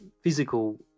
physical